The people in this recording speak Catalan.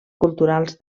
culturals